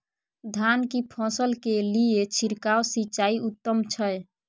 धान की फसल के लिये छिरकाव सिंचाई उत्तम छै?